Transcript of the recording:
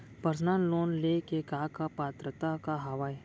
Personal loan ले के का का पात्रता का हवय?